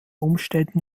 umständen